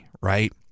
Right